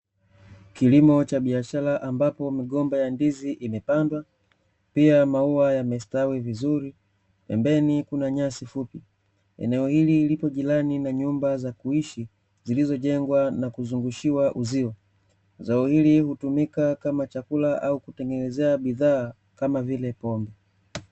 Kilimo cha biashara ambapo migomba ya ndizi imepandwa, pia maua yamestawi vizuri, pembeni kuna nyasi fupi, eneo hili lipo jirani na nyumba za kuishi, zilizojengwa na kuzungushiwa uzio, zao hili hutumika kama chakula au kutengenezea bidhaa kama vile; pombe.